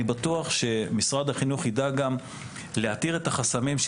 אני בטוח שמשרד החינוך יידע להתיר את החסמים,